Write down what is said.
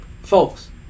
Folks